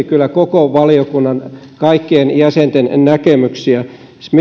kyllä aidosti koko valiokunnan kaikkien jäsenten näkemyksiä